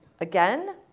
again